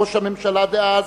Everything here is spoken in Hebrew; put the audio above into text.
ראש הממשלה דאז,